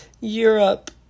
Europe